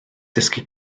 dysgu